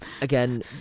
Again